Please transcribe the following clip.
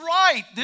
right